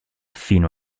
fino